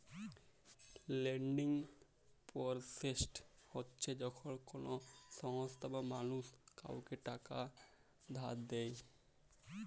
lending process হছে যখল কল সংস্থা বা মালুস কাউকে টাকা ধার দেঁই